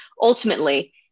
ultimately